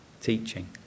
teaching